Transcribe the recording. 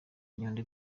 inyundo